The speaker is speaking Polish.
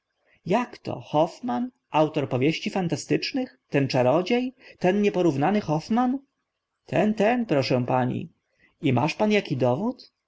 jak to hoffmann autor powieści fantastycznych ten czarodzie ten nieporównany hoffmann ten ten proszę pani i masz pan aki dowód